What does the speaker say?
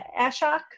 Ashok